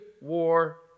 war